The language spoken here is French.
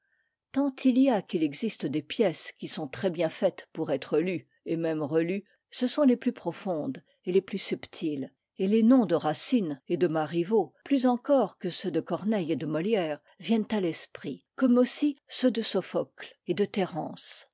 tant y a qu'il existe des pièces qui sont très bien faites pour être lues et même relues ce sont les plus profondes et les plus subtiles et les noms de racine et de marivaux plus encore que ceux de corneille et de molière viennent à l'esprit comme aussi ceux de sophocle et de